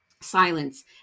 silence